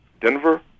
Denver